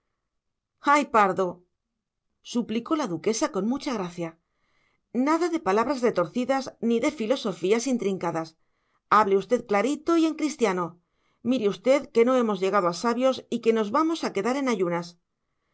ay pardo suplicó la duquesa con mucha gracia nada de palabras retorcidas ni de filosofías intrincadas hable usted clarito y en cristiano mire usted que no hemos llegado a sabios y que nos vamos a quedar en ayunas